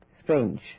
strange